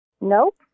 Nope